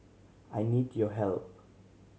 I need your help